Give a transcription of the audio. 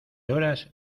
horas